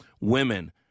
Women